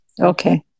okay